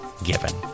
given